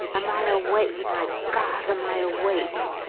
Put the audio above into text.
am i awake? my god, am i awake?